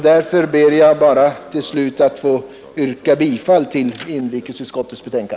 Därför ber jag till slut att få yrka bifall till inrikesutskottets hemställan.